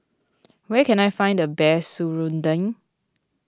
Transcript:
where can I find the best Serunding